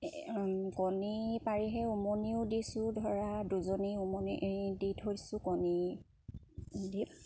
কণী পাৰিহে উমনিও দিছোঁ ধৰা দুজনী উমনি দি থৈছোঁ কণী দি